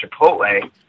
Chipotle